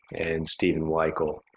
and stephen wikel.